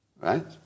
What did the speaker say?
Right